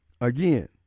Again